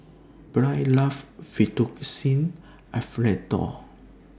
Byrd loves Fettuccine Alfredo